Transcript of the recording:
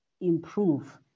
improve